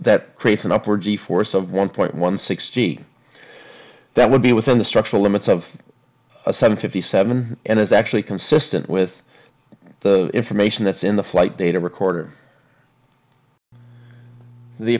that creates an upward g force of one point one sixty that would be within the structural limits of a seven fifty seven and is actually consistent with the information that's in the flight data recorder the